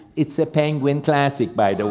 it's a penguin classic by